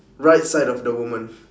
right side of the woman